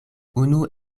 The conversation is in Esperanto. unu